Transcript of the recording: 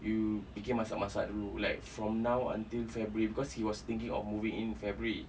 you fikir masak-masak dulu like from now until february because he was thinking of moving in february